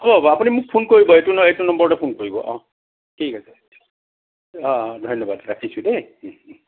হ'ব হ'ব আপুনি মোক ফোন কৰিব এইটো এইটো নম্বৰতে ফোন কৰিব অ ঠিক আছে অ অ ধন্যবাদ ৰাখিছোঁ দেই ওম ওম